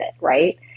right